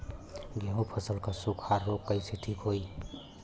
गेहूँक फसल क सूखा ऱोग कईसे ठीक होई?